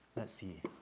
let's see.